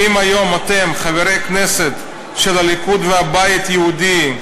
ואם היום אתם, חברי הכנסת של הליכוד והבית היהודי,